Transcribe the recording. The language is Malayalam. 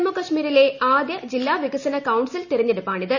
ജമ്മുകശ്മീരിലെ ആദ്യ ജില്ലാവികസന കൌൺസിൽ തിരഞ്ഞെടുപ്പാണിത്